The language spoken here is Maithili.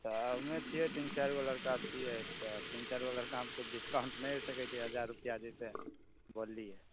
तऽ हमे छियै तीन चारि गो लड़का छियै तऽ तीन चारि गो लड़कामे किछु डिस्काउंट नहि होए सकैत छै हजार रुपआ जे छै बोललियै